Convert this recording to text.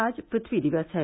आज पृथ्यी दिवस है